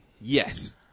Yes